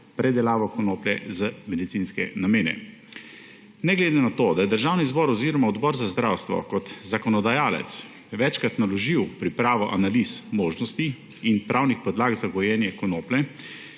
predelavo konoplje za medicinske namene. Ne glede na to, da je Državni zbor oziroma Odbor za zdravstvo kot zakonodajalec večkrat naložil pripravo analiz možnosti in pravnih podlag za gojenje konoplje,